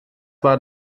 war